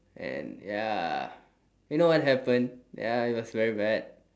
and ya you know what happen ya it was very bad